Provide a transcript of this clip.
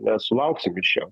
nesulauksim iš jo